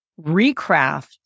recraft